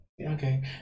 Okay